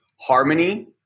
harmony